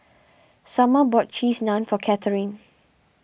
Sommer bought Cheese Naan for Catharine